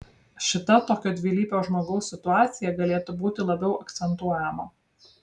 šita tokio dvilypio žmogaus situacija galėtų būti labiau akcentuojama